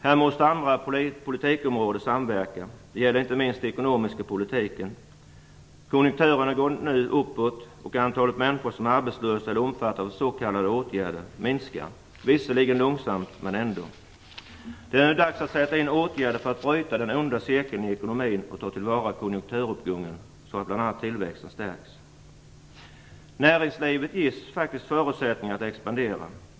Här måste vi samverka med andra politikområden. Det gäller inte minst den ekonomiska politiken. Konjunkturerna går nu uppåt, och antalet människor som är arbetslösa eller omfattas av s.k. åtgärder minskar, visserligen långsamt men ändå. Det är nu dags att sätta in åtgärder för att bryta den onda cirkeln i ekonomin och ta till vara konjunkturuppgången så att bl.a. tillväxten stärks. Näringslivet ges faktiskt förutsättningar att kunna expandera.